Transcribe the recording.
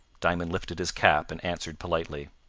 diamond lifted his cap, and answered politely.